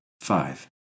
five